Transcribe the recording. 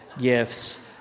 gifts